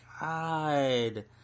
god